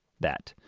that.